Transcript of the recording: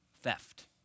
Theft